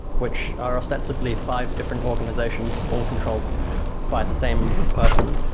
which are ostensibly five different organizations all controlled by the same person,